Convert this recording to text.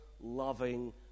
loving